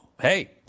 hey